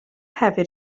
hefyd